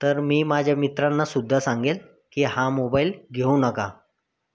तर मी माझ्या मित्रांनासुद्धा सांगेन की हा मोबाईल घेऊ नका